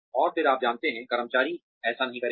और फिर आप जानते हैं कर्मचारी ऐसा नहीं करेंगे